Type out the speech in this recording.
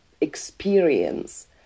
experience